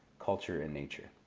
culture and nature.